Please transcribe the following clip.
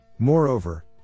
Moreover